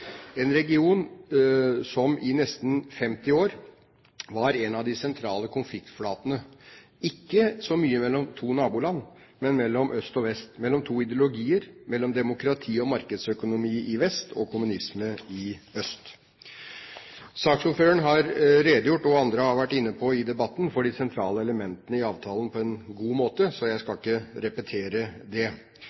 en region som i nesten 50 år var en av de sentrale konfliktflatene – ikke så mye mellom to naboland, men mellom øst og vest og mellom to ideologier: mellom demokrati og markedsøkonomi i vest og kommunisme i øst. Saksordføreren har redegjort for – og andre har vært inne på det i debatten – de sentrale elementene i avtalen på en god måte, så jeg skal ikke repetere det.